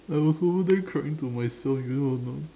I was over there crying to myself you know or not